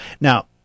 Now